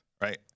right